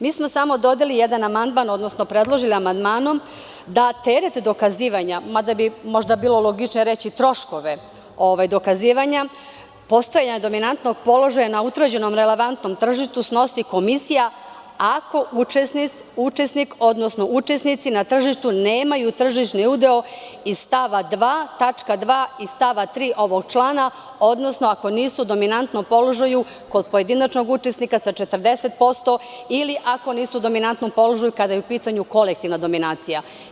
Mi smo samo predložili amandmanom da teret dokazivanja, mada bi možda bilo logičnije reći – troškove dokazivanja, postojanja dominantnog položaja na utvrđenom relevantnom tržištu snosi komisija ako učesnik odnosno učesnici na tržištu nemaju tržišni udeo iz stava 2. tačka 2. i stava 3. ovog člana, odnosno ako nisu u dominantnom položaju kod pojedinačnog učesnika sa 40% ili ako nisu u dominantnom položaju kada je u pitanju kolektivna dominacija.